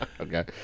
Okay